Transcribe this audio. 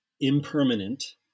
impermanent